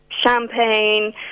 champagne